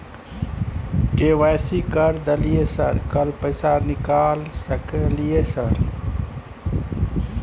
KYC कर दलियै sir कल पैसा निकाल सकलियै सर?